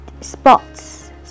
Spots